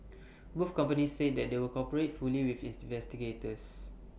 both companies said they would cooperate fully with investigators